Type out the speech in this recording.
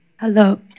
Hello